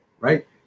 Right